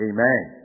Amen